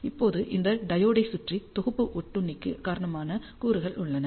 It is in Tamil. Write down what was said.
இப்போது இந்த டையோடு சுற்றி தொகுப்பு ஒட்டுண்ணிக்கு காரணமான கூறுகள் உள்ளன